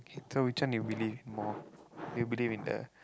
so which one you believe more you believe in the